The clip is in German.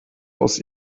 aus